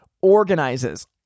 organizes